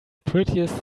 prettiest